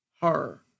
horror